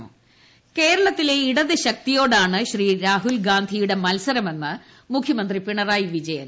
മുഖ്യമന്ത്രി കേരളത്തിലെ ഇടത് ശക്തിയോടാണ് രാഹുൽഗാന്ധിയുടെ മത്സരമെന്ന് മുഖ്യമന്ത്രി പിണറായി വിജയൻ